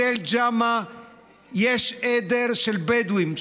בתל ג'מה יש עדר של בדואים,